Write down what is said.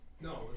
No